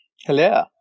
Hello